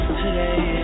today